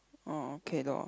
oh okay loh